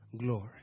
glory